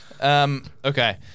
Okay